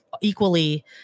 equally